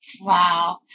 Wow